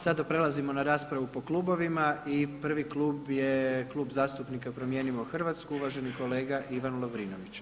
Sada prelazimo na raspravu po klubovima i prvi klub je Klub zastupnika Promijenimo Hrvatsku, uvaženi kolega Ivan Lovrinović.